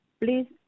Please